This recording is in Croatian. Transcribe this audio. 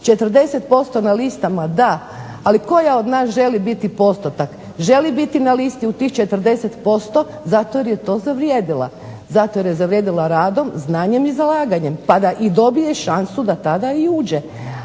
40% na listama, da. Ali koja od nas želi biti postotak. Želi biti na listi u tih 40%, zato jer je to zavrijedila. Zato jer je zavrijedila radom, znanjem i zalaganjem, pa da dobije šansu da tada i uđe.